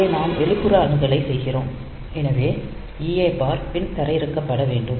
இங்கே நாம் வெளிப்புற அணுகலை செய்கிறோம் எனவே EA பார் பின் தரையிறக்கப்பட வேண்டும்